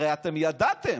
הרי אתם ידעתם,